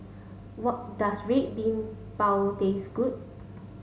what does red bean bao taste good